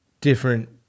different